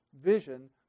vision